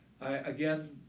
Again